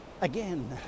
Again